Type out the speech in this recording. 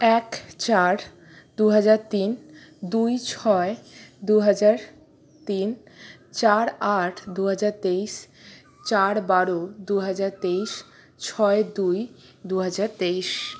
এক চার দুহাজার তিন দুই ছয় দুহাজার তিন চার আট দুহাজার তেইশ চার বারো দুহাজার তেইশ ছয় দুই দুহাজার তেইশ